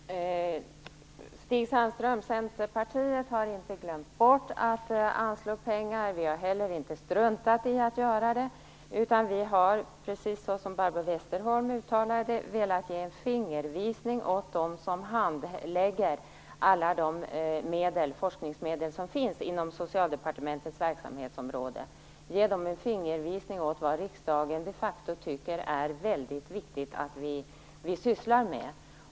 Fru talman! Stig Sandström, Centerpartiet har inte glömt bort att anslå pengar. Vi har inte heller struntat i att göra det. Vi har, precis som Barbro Westerholm uttalade, velat ge en fingervisning åt dem som handlägger alla de forskningsmedel som finns inom Socialdepartementets verksamhetsområde om vad riksdagen de facto anser är väldigt viktigt att man sysslar med.